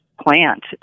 plant